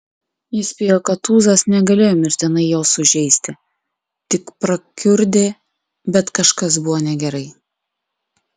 jis spėjo kad tūzas negalėjo mirtinai jo sužeisti tik prakiurdė bet kažkas buvo negerai